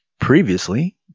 previously